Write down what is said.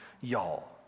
y'all